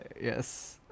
Yes